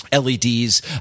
LEDs